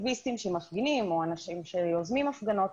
אקטיביסטים שמפגינים או אנשים שיוזמים הפגנות